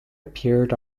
appeared